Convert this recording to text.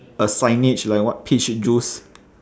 a signage like what peach juice